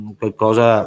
qualcosa